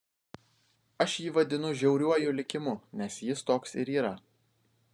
aš jį vadinu žiauriuoju likimu nes jis toks ir yra